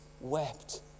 wept